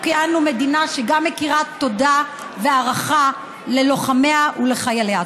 כי אנו מדינה שגם מכירה תודה והערכה ללוחמיה ולחייליה.